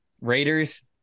Raiders